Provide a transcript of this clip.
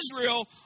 Israel